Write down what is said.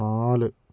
നാല്